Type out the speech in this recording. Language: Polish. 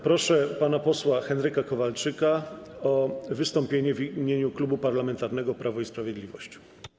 Proszę pana posła Henryka Kowalczyka o wystąpienie w imieniu Klubu Parlamentarnego Prawo i Sprawiedliwość.